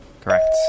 Correct